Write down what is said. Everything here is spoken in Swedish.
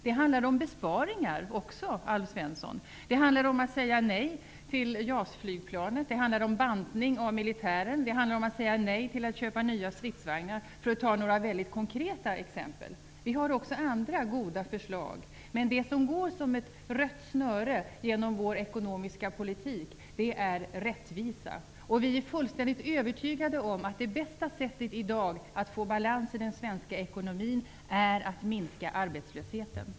Det handlar också om besparingar, Alf Svensson. Vi vill säga nej till JAS-flygplanet och banta militären. Det handlar vidare om att säga nej till att köpa nya stridsvagnar, för att ta några mycket konkreta exempel. Vi har också andra goda förslag. Det som går som ett rött snöre genom vår ekonomiska politik är rättvisa. Vi är fullständigt övertygade om att det bästa sättet i dag när det gäller att få balans i den svenska ekonomin är att minska arbetslösheten.